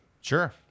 Sure